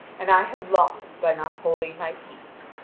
and i have lost by not holding my peace.